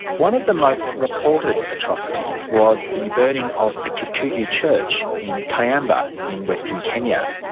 one of the most reported atrocities was the burning of a kikuyu church in kiambaa in western kenya.